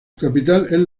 capital